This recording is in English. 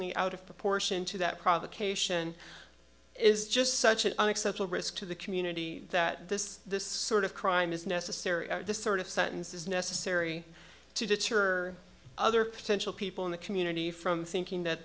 y out of proportion to that provocation is just such an unacceptable risk to the community that this this sort of crime is necessary this sort of sentence is necessary to detour other potential people in the community from thinking that